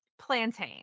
plantain